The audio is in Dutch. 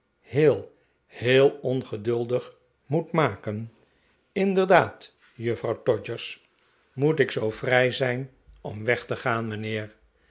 heel heel ongeduldig moet maken inderdaad juffrouw todgers moet ik zoo vrij zijn om weg te gaan mijnheer